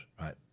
right